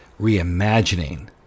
reimagining